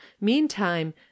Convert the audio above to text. meantime